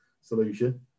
solution